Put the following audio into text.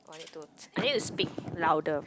oh I need to I need to speak louder